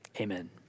Amen